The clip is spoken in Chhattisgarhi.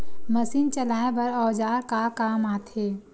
मशीन चलाए बर औजार का काम आथे?